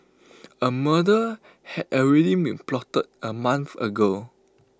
A murder had already been plotted A month ago